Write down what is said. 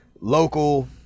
local